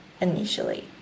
initially